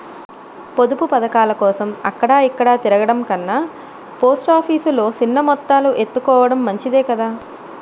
పొదుపు పదకాలకోసం అక్కడ ఇక్కడా తిరగడం కన్నా పోస్ట్ ఆఫీసు లో సిన్న మొత్తాలు ఎత్తుకోడం మంచిదే కదా